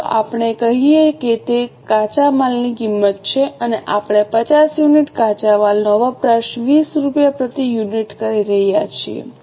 ચાલો આપણે કહીએ કે તે કાચા માલની કિંમત છે અને આપણે 50 યુનિટ કાચા માલનો વપરાશ 20 રૂપિયા પ્રતિ યુનિટ કરી રહ્યા છીએ